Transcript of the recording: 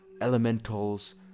elementals